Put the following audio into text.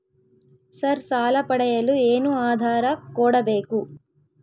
Sir ಸಾಲ ಪಡೆಯಲು ಏನು ಆಧಾರ ಕೋಡಬೇಕು?